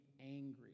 angry